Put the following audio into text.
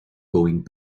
going